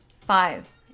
Five